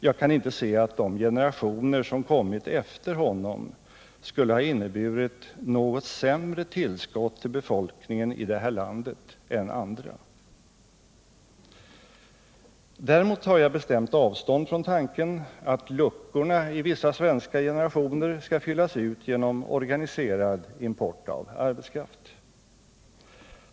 Jag kan inte se att de generationer som kommit efter honom skulle ha inneburit något sämre tillskott till befolkningen i det här landet än andra. Däremot tar jag avstånd från tanken att luckorna i vissa svenska generationer skall fyllas ut genom organiserad import av arbetskraft.